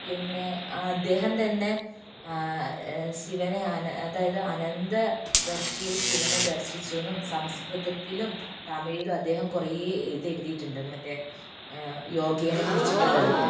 പിന്നെ അദ്ദേഹം തന്നെ ശിവനെ അ അതായത് അനന്ത ധർത്തിയിൽ ശിവനെ ദർശിച്ചു എന്നും സംസ്കൃതത്തിലും തമിഴിലും അദ്ദേഹം കുറെ ഇത് എഴുതിയിട്ടുണ്ട് മറ്റേ അ യോഗയെ കുറിച്ചിട്ടുള്ളതൊക്കെ